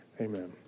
Amen